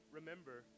remember